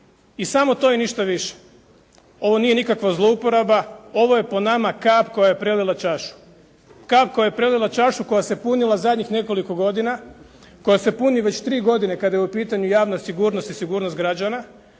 I samo to i ništa više. Ovo nije nikakva zlouporaba, ovo je po nama kap koja je prelila čašu. Kap koja je prelila čašu koja se punila zadnjih nekoliko godina, koja se puni već tri godine kada je u pitanju javna sigurnost i sigurnost građana,